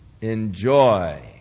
enjoy